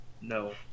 No